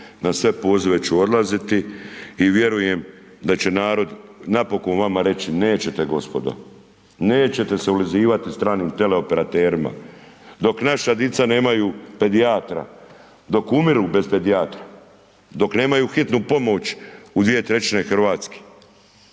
na sve pozove ću odlaziti i vjerujem da će narod napokon vama reći nećete gospodo, nećete se ulizivati stranim teleoperaterima dok naša djecu nemaju pedijatra, dok umiru bez pedijatra, dok nemaju Hitnu pomoć u 2/3 Hrvatske